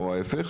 או ההפך